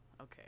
Okay